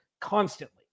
constantly